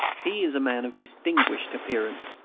he is a man of distinguished appearance,